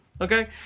Okay